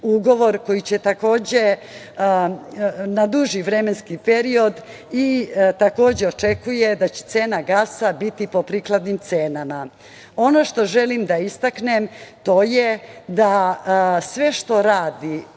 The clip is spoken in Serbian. koji će takođe, na duži vremenski period, i takođe očekuje da će cena gasa biti po prikladnim cenama. Ono što želim da istaknem, to je da sve što radi